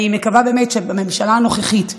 אני מקווה באמת שבממשלה הנוכחית,